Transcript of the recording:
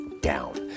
down